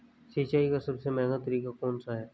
सिंचाई का सबसे महंगा तरीका कौन सा है?